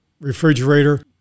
refrigerator